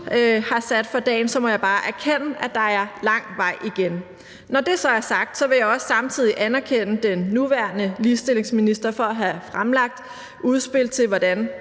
har sat for dagen, må jeg må bare erkende, at der er lang vej igen. Når det så er sagt, vil jeg også samtidig anerkende den nuværende ligestillingsminister for at have fremlagt udspil til, hvordan